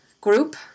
group